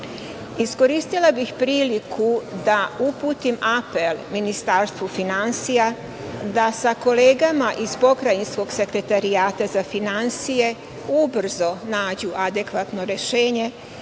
samouprava? Iskoristila bih priliku da uputim apel Ministarstvu finansija da sa kolegama iz Pokrajinskog sekretarijata za finansije ubrzo nađu adekvatno rešenje,